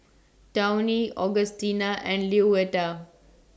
Tawny Augustina and Louetta